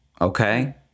Okay